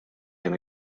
can